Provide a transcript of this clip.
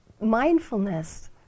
Mindfulness